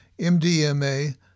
MDMA